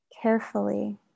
Carefully